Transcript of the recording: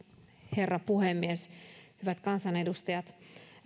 herra puhemies hyvät kansanedustajat